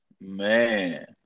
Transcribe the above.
Man